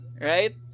right